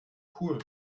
cool